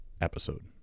episode